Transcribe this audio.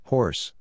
Horse